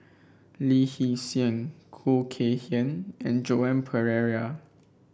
Lee Hee Seng Khoo Kay Hian and Joan Pereira